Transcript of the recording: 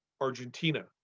Argentina